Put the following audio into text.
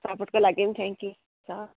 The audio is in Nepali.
सपोर्टको लागि पनि थ्याङ्क्यु छ